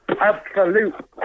Absolute